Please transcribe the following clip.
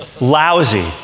Lousy